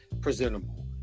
presentable